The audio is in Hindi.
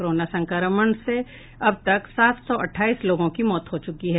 कोरोना संक्रमण से अब तक सात सौ अट्ठाईस लोगों की मौत हो चुकी है